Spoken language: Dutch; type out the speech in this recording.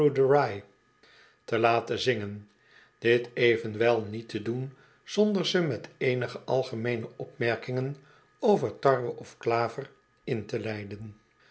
te laten zingen dit evenwel niet te doen zonder ze met eenige algemeene opmerkingen over tarwe of klaver in te leiden